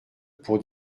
pour